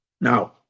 Now